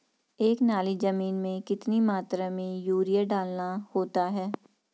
एक नाली जमीन में कितनी मात्रा में यूरिया डालना होता है?